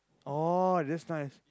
oh that's nice